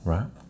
Right